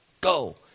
go